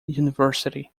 university